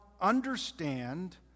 understand